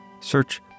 search